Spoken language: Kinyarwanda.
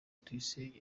tuyisenge